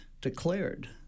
declared